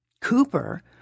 Cooper